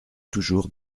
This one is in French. toujours